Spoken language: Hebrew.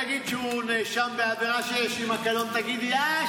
אם נגיד שהוא נאשם בעבירה שיש עימה קלון את תגידי: אה,